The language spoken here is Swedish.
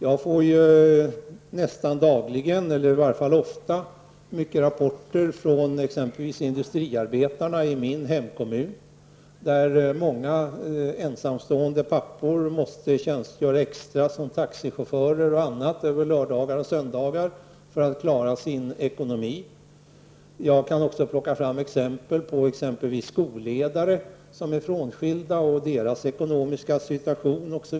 Jag får ofta rapporter från exempelvis industriarbetare i min hemkommun. Många ensamstående pappor där måste arbeta extra t.ex. som taxichaufförer under lördagar och söndagar för att klara sin ekonomi. Jag kan också ta fram exempel på frånskilda skolledare och deras ekonomiska situation.